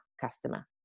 customer